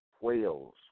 whales